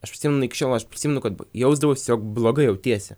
aš prisimenu iki šiol aš prisimenu kad jausdavausi jog blogai jautiesi